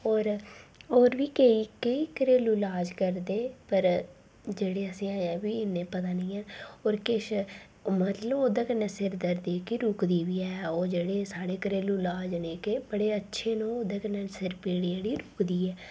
होर होर बी केईं केईं घरेलू लाज करदे पर जेह्ड़े असें अजें बी इन्ना पता नेईं ऐ होर किश मतलब ओह्दे कन्नै सिर दर्द जेह्की रुकदी बी ऐ ओह् जेह्ड़े साढ़े घरेलू लाज न जेह्के बड़े अच्छे न ओह् ओह्दे कन्नै सिर पीड़ जेह्ड़ी ऐ रुकदी ऐ